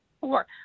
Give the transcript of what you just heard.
four